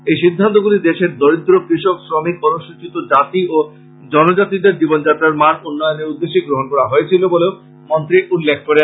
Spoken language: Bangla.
এই সিদ্ধান্তগুলি দেশের দরীদ্র কৃষক শ্রমিক অনুসচীত জাতী ও জনজাতীদের জীবনযাত্রার মান উন্নয়নের উদ্দেশ্যে গ্রহন করা হয়েছিল বলে মন্ত্রী উল্লেখ করেন